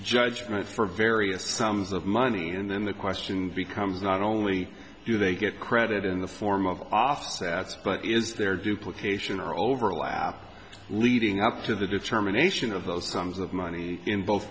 judgment for various sums of money and then the question becomes not only do they get credit in the form of offsets but is their duplications or overlap leading up to the determination of those sums of money in both